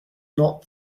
not